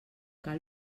cal